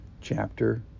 chapter